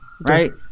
right